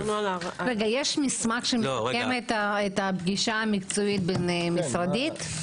האם יש מסמך שמסכם את הפגישה המקצועית הבין משרדית?